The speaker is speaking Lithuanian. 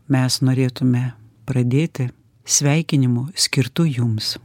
mes norėtume pradėti sveikinimu skirtu jums